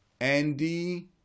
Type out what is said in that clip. Andy